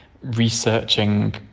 researching